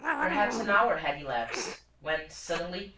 perhaps an hour had elapsed when, suddenly,